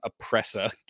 oppressor